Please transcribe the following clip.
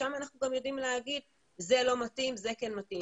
שם אנחנו גם יודעים להגיד מה מתאים ומה לא מתאים.